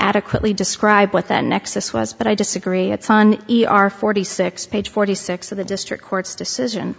adequately describe what that nexus was but i disagree it's on e r forty six page forty six of the district court's decision